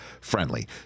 friendly